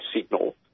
signal